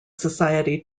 society